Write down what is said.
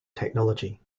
technology